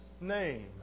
name